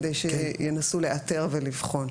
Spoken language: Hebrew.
כדי שינסו לאתר ולבחון.